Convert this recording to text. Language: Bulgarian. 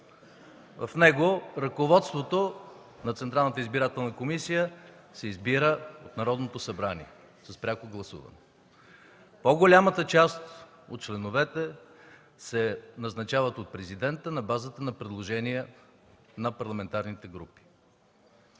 комисия се избира от Народното събрание с пряко гласуване. По-голямата част от членовете се назначават от президента на базата на предложение на парламентарните групи.